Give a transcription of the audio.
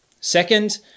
Second